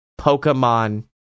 Pokemon